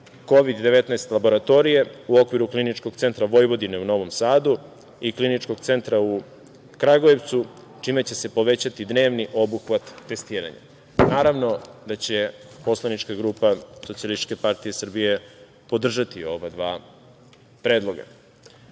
Kovid 19 laboratorije, u okviru Kliničkog centra Vojvodine u Novom Sadu i Kliničkog centra u Kragujevcu, čime će se povećati dnevni obuhvat testiranja. Naravno da će poslanička grupa SPS podržati ova dva predloga. Jedan